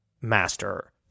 master